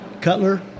Cutler